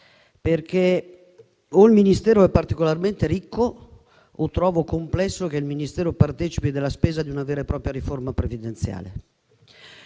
perché o il Ministero è particolarmente ricco, o trovo complesso che esso partecipi della spesa di una vera e propria riforma previdenziale.